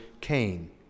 Cain